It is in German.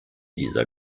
dieser